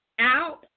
out